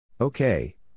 Okay